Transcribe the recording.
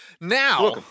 now